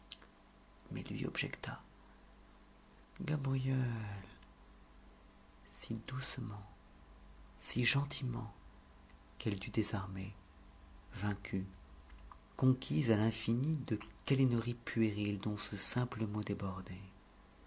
mais lui objecta gabrielle si doucement si gentiment qu'elle dut désarmer vaincue conquise à l'infini de câlinerie puérile dont ce simple mot débordait